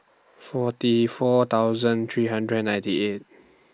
forty four thousand three hundred and ninety eight